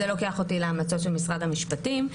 זה לוקח אותי להמלצות של משרד המשפטים.